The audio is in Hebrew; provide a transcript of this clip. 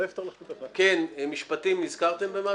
משרד המשפטים, נזכרתם במשהו?